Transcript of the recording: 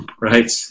Right